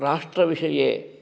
राष्ट्रविषये